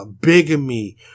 bigamy